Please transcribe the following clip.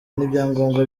n’ibyangombwa